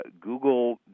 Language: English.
Google